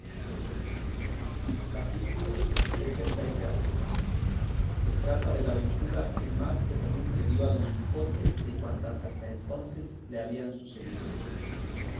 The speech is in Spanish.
capítulo lxiv que trata de la aventura que más pesadumbre dio a don quijote de cuantas hasta entonces le habían sucedido